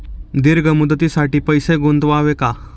दीर्घ मुदतीसाठी पैसे गुंतवावे का?